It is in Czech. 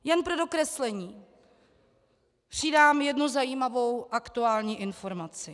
Jen pro dokreslení přidám jednu zajímavou aktuální informaci.